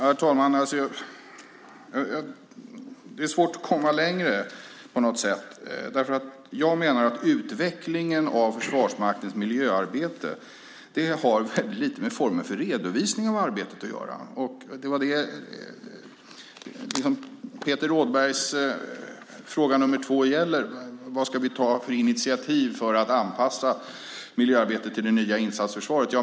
Herr talman! Det är svårt att komma längre. Jag menar att utvecklingen av Försvarsmaktens miljöarbete har väldigt lite att göra med formen för redovisningen av arbetet. Peter Rådbergs andra fråga gällde vad vi ska ta för initiativ för att anpassa miljöarbetet till det nya insatsförsvaret.